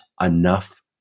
enough